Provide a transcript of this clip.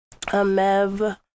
Amev